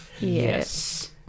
Yes